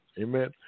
Amen